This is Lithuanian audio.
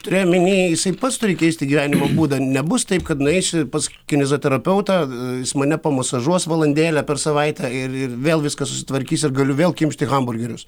turiu omeny jisai pats turi keisti gyvenimo būdą nebus taip kad nueisiu pas kineziterapeutą jis mane pamasažuos valandėlę per savaitę ir ir vėl viskas susitvarkys ir galiu vėl kimšti hamburgerius